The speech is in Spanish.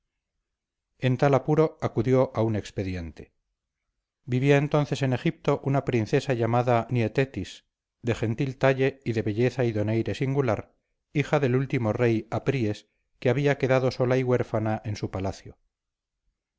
en tal apuro acudió a un expediente vivía entonces en egipto una princesa llamada nietetis de gentil talle y de belleza y donaire singular hija del último rey apríes que había quedado sola y huérfana en su palacio